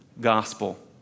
Gospel